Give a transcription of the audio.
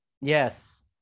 Yes